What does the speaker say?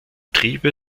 triebe